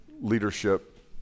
leadership